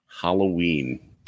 Halloween